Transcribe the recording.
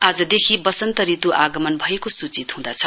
आजदेखि वसन्त ऋतु आगमन भएको सूचित हुँदछ